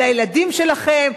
לילדים שלכם,